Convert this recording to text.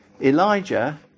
Elijah